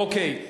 אוקיי.